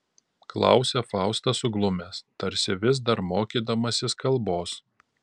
klausia faustas suglumęs tarsi vis dar mokydamasis kalbos